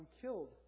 killed